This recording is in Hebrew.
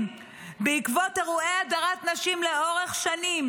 בעקבות אירועי הדרת נשים לאורך שנים,